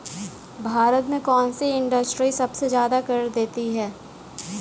भारत में कौन सी इंडस्ट्री सबसे ज्यादा कर देती है?